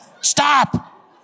Stop